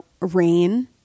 rain